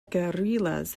guerrillas